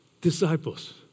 disciples